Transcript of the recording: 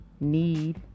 need